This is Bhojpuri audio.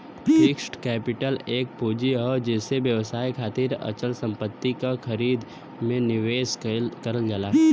फिक्स्ड कैपिटल एक पूंजी हौ जेसे व्यवसाय खातिर अचल संपत्ति क खरीद में निवेश करल जाला